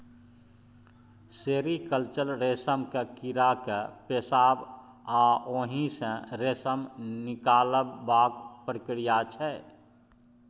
sericulture रेशमक कीड़ा केँ पोसब आ ओहि सँ रेशम निकालबाक प्रक्रिया छै